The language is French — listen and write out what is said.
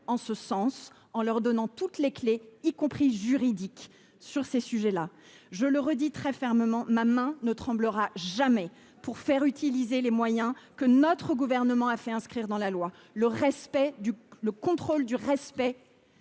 en ce sens en leur donnant toutes les clés, y compris juridiques, sur ces sujets. Je le redis très fermement, ma main ne tremblera jamais pour faire utiliser les moyens que le Gouvernement a fait inscrire dans la loi en matière de contrôle du respect